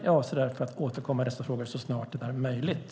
Jag avser därför att återkomma i dessa frågor så snart det är möjligt.